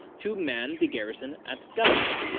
to man the garrison at gallabat.